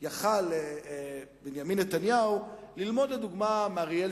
יכול היה בנימין נתניהו ללמוד לדוגמה מאריאל